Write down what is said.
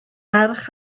ferch